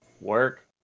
work